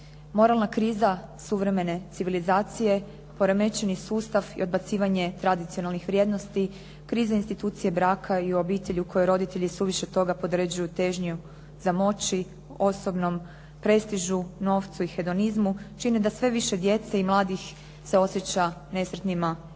Moralna kriza suvremene civilizacije, poremećeni sustav i odbacivanje tradicionalnih vrijednosti, krizne institucije braka i obitelji u kojoj roditelji suviše toga podređuju težnju za moći, osobnom prestižu, novcu i hedonizmu čine da sve više djece i mladih se osjeća nesretnima